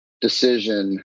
decision